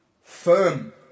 Firm